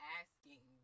asking